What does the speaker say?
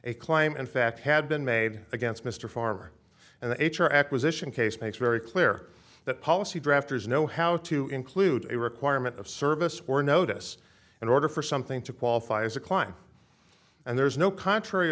a claim in fact had been made against mr farmer and the h r acquisition case makes very clear that policy drafters know how to include a requirement of service or notice in order for something to qualify as a client and there is no contrary